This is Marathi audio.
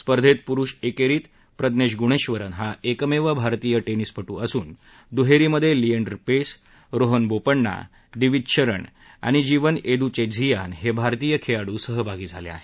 स्पर्धेत पुरुष एकेरीत प्रज्ञेश गुणेबरन हा एकमेव भारतीय टेनिसपटू असून दुहेरीमध्ये लिएंडर पेस रोहन बोपण्णा दिवीज शरण आणि जीवन एदुनचेझियान हे भारतीय खेळाडू सहभागी झाले आहेत